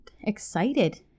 excited